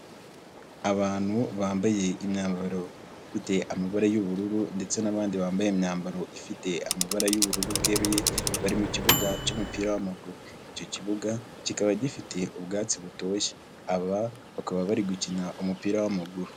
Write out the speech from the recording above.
Abantu bambaye imyambaro ifite amabara y'ubururu ndetse n'abandi bambaye imyambaro ifite amabara y'ubururu bweruye, bari mu kibuga cy'umupira w'amaguru. Icyo kibuga kikaba gifite ubwatsi butoshye. Aba bakaba bari gukina umupira w'amaguru.